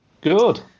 Good